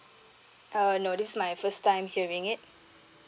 uh no this my first time hearing it